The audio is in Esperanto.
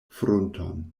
frunton